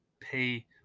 pay